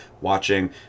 watching